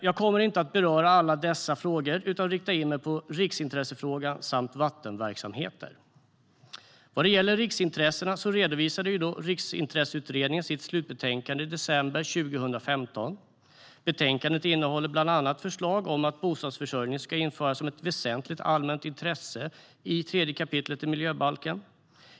Jag kommer inte att beröra alla dessa frågor utan riktar in mig på riksintressefrågan samt vattenverksamheter. Vad det gäller riksintressena redovisade Riksintresseutredningen sitt slutbetänkande i december 2015. Betänkandet innehåller bland annat förslag om att bostadsförsörjning ska införas som ett väsentligt allmänt intresse i 3 kap. miljöbalken.